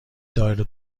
دائره